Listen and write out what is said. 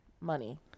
money